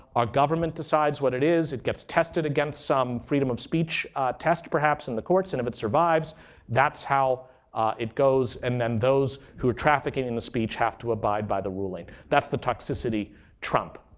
our government decides what it is. it gets tested against some freedom of speech test perhaps in the courts, and if it survives that's how it goes. and then those who are trafficking in the speech have to abide by the ruling. that's the toxicity trump.